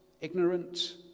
ignorant